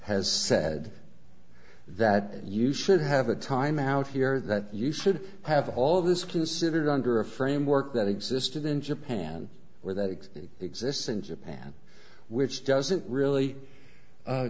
has said that you should have a time out here that you should have all this considered under a framework that existed in japan where the existence of man which doesn't really